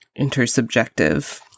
intersubjective